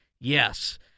Yes